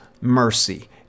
mercy